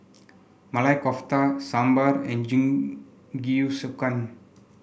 Maili Kofta Sambar and Jingisukan